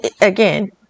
again